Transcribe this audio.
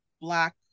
Black